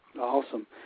Awesome